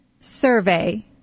survey